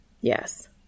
Yes